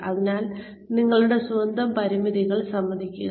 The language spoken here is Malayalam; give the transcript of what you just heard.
അതിനാൽ നിങ്ങളുടെ സ്വന്തം പരിമിതികൾ സമ്മതിക്കുക